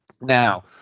Now